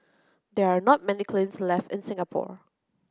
there are not many kilns left in Singapore